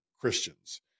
Christians